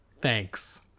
Thanks